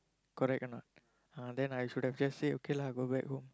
correct or not ah then I should have just say okay lah go back home